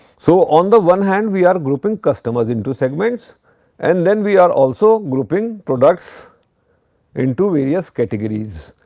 so, on the one hand we are grouping customers into segments and then we are also grouping products into various categories.